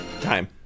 Time